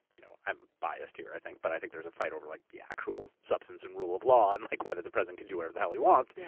you know i'm biased here, i think, but i think there's a fight over like the actual substance and rule of law and like whether the president can do whatever the hell he wants, yeah